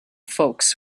folks